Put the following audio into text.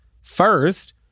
first